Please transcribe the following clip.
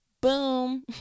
boom